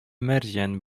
мәрҗән